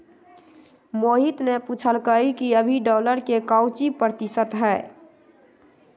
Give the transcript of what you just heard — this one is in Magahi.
मोहित ने पूछल कई कि अभी डॉलर के काउची प्रतिशत है?